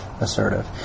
assertive